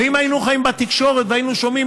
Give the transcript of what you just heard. ואם היינו חיים בתקשורת והיינו שומעים,